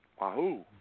Wahoo